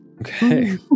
okay